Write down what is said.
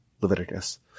Leviticus